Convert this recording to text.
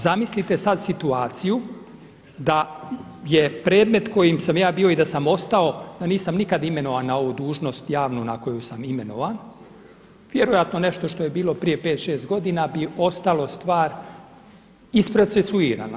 Zamislite sada situaciju da je predmet kojim sam ja bio i da sam ostao da nisam nikada imenovan na ovu dužnost javnu na koju sam imenovan, vjerojatno nešto što je bilo prije 5, 6 godina bi ostalo stvar isprocesuirana.